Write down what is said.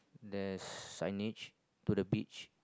there's signage to the beach